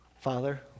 Father